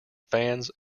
fans